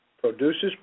produces